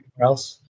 else